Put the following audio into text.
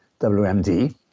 WMD